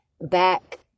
back